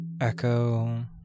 echo